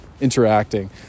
interacting